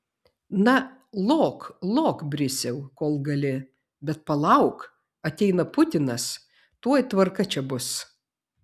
na lok lok brisiau kol gali bet palauk ateina putinas tuoj tvarka čia bus